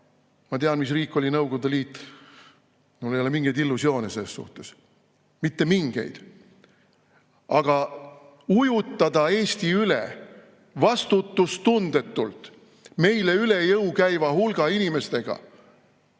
Ma tean, mis riik oli Nõukogude Liit. Mul ei ole mingeid illusioone selles suhtes. Mitte mingeid! Aga ujutada Eesti vastutustundetult üle meile üle jõu käiva hulga inimestega